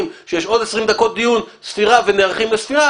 כשיש עוד 20 דקות ספירה ונערכים לספירה,